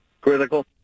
Critical